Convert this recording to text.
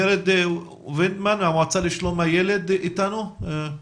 ורד וינדמן מהמועצה לשלום הילד בבקשה.